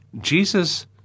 Jesus